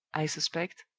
i suspect,